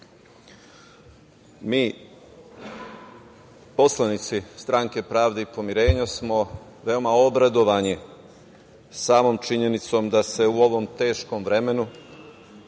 mi poslanici Stranke pravde i pomirenja smo veoma obradovani samom činjenicom da se u ovom teškom vremenu,